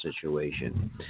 situation